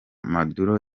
maduro